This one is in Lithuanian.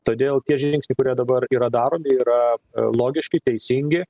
todėl tie žingsniai kurie dabar yra daromi yra logiški teisingi